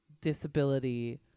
disability